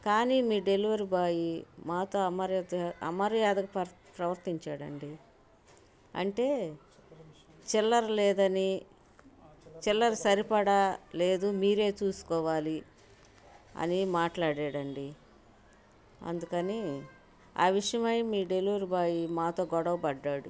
కానీ మీ delivery boy మాతో అమర్యాదగా ప్రవర్తించాడు అండీ అంటే చిల్లర లేదని చిల్లర సరిపడా లేదు మీరే చూసుకోవాలి అని మాట్లాడాడు అండీ అందుకని ఆ విషయమై మీ డెలివరీ బాయ్ మాతో గొడవపడ్డాడు